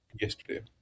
yesterday